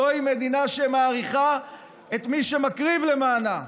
זוהי מדינה שמעריכה את מי שמקריב למענה.